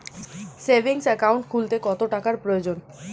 Savings account খুলতে কত টাকার প্রয়োজন?